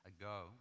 ago